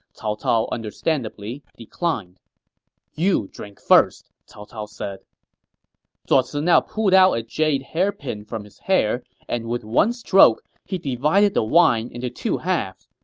cao cao understandably declined you drink first, cao cao said zuo ci now pulled out a jade hairpin from his hair and with one stroke, he divided the wine into two halves,